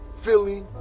Philly